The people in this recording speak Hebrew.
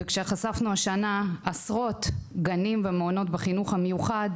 כשחשפנו השנה עשרות גנים ומעונות בחינוך המיוחד,